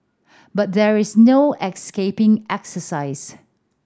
but there is no escaping exercise